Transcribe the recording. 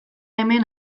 hemen